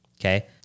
Okay